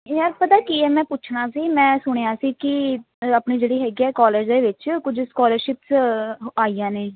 ਯਾਰ ਪਤਾ ਕੀ ਹੈ ਮੈਂ ਪੁੱਛਣਾ ਸੀ ਮੈਂ ਸੁਣਿਆ ਸੀ ਕਿ ਆਪਣੀ ਜਿਹੜੀ ਹੈਗੀ ਆ ਕੋਲੇਜ ਦੇ ਵਿੱਚ ਕੁਝ ਸਕੋਲਰਸ਼ਿਪਸ ਹ ਆਈਆਂ ਨੇ